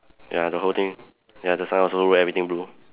ya the whole thing ya the sign also everything blue